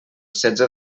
setze